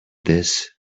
this